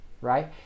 right